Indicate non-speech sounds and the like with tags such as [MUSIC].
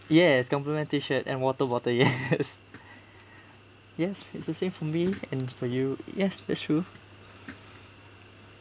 yes compliment T-shirt and water bottle yes [LAUGHS] yes it's the same for me and for you yes that's true